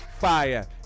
fire